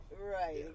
Right